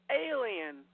alien